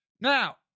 Now